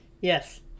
Yes